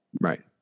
Right